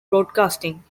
broadcasting